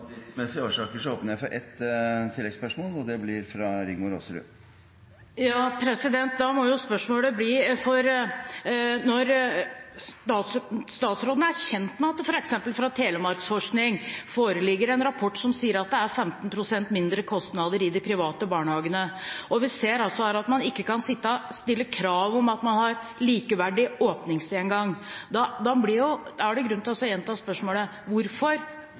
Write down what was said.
tidsmessige årsaker blir det ingen oppfølgingsspørsmål etter dette spørsmålet. Statsråden er kjent med at det f.eks. fra Telemarksforsking foreligger en rapport som sier at det er 15 pst. mindre kostnader i de private barnehagene, og vi ser her at man ikke kan stille krav om at man har lik åpningstid engang. Da er det grunn til å gjenta spørsmålet: Hvorfor